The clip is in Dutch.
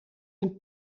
een